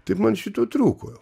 tai man šito trūko